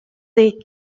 neid